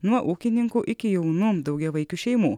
nuo ūkininkų iki jaunų daugiavaikių šeimų